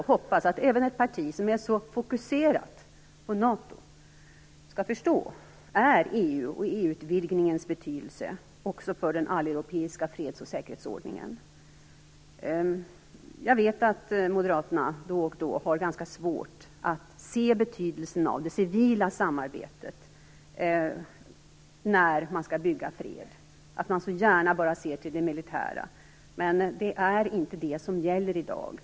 Jag hoppas att även ett parti som är så fokuserat på NATO skall förstå EU:s och EU-utvidgningens betydelse för den alleuropeiska freds och säkerhetsordningen. Jag vet att Moderaterna då och då har ganska svårt att se betydelsen av det civila samarbetet när man skall bygga fred. Man ser gärna bara till det militära, men det är inte det som gäller i dag.